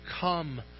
come